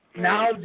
Now